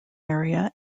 area